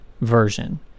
version